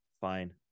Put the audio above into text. fine